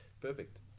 Perfect